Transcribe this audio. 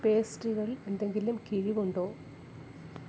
പേസ്ട്രികൾ എന്തെങ്കിലും കിഴിവുണ്ടോ